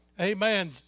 Amen